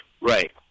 right